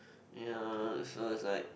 you know so it's like